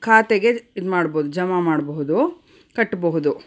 ಖಾತೆಗೆ ಇದು ಮಾಡ್ಬೌದು ಜಮಾ ಮಾಡಬಹುದು ಕಟ್ಟಬಹುದು